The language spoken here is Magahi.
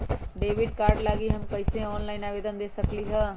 डेबिट कार्ड लागी हम कईसे ऑनलाइन आवेदन दे सकलि ह?